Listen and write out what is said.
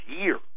year